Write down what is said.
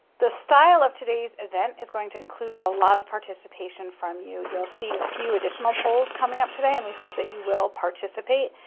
the style of today's event is going to include a lot of participation from you. we'll see a few additional polls coming up today and we hope that you will participate.